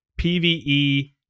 pve